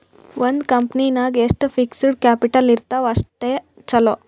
ಒಂದ್ ಕಂಪನಿ ನಾಗ್ ಎಷ್ಟ್ ಫಿಕ್ಸಡ್ ಕ್ಯಾಪಿಟಲ್ ಇರ್ತಾವ್ ಅಷ್ಟ ಛಲೋ